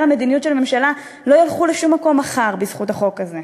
מדיניות של הממשלה לא ילכו לשום מקום מחר בזכות החוק הזה.